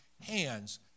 hands